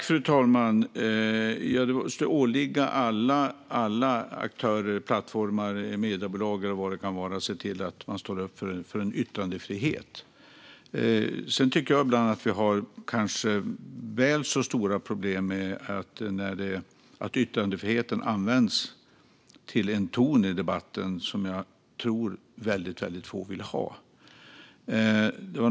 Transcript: Fru talman! Det måste åligga alla aktörer, plattformar, mediebolag eller vad det kan vara att se till att man står upp för yttrandefrihet. Men jag tycker kanske ibland att vi har väl så stora problem med att yttrandefriheten används till en ton i debatten som jag tror att väldigt få vill ha.